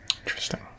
Interesting